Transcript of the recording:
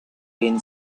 been